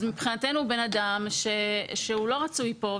אז מבחינתנו הוא בן אדם שלא רצוי פה,